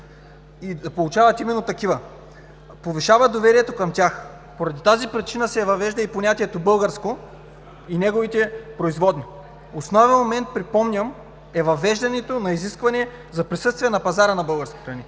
и да получават именно такива, повишава доверието към тях. По тази причина се въвежда понятието „българско“ и неговите производни. Основен момент, припомням, е въвеждането на изискване за присъствие на пазара на български храни.